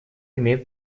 имеет